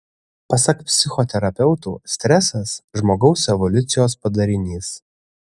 pasak psichoterapeutų stresas žmogaus evoliucijos padarinys